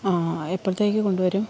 എപ്പോഴത്തേക്ക് കൊണ്ടുവരും